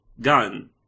gun